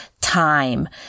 time